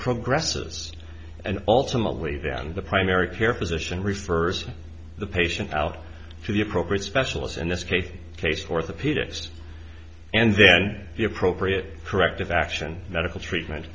progresses and ultimately then the primary care physician refers the patient out to the appropriate specialists in this case a case orthopedist and then the appropriate corrective action medical treatment